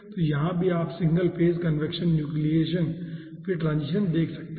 तो यहां भी आप सिंगल फेज कन्वेक्शन न्यूक्लियेशन फिर ट्रांजीशन देख सकते हैं